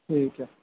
ٹھیک ہے